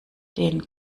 den